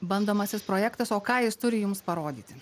bandomasis projektas o ką jis turi jums parodyti